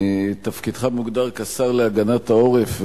תפקידך מוגדר כשר להגנת העורף.